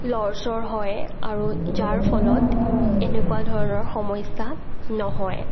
লৰচৰ হয় আৰু যাৰ ফলত এনেকুৱা ধৰণৰ সমস্যা নহয়